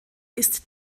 ist